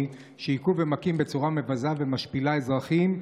שהכו ומכים בצורה מבזה ומשפילה אזרחים,